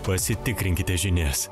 pasitikrinkite žinias